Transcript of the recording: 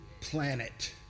planet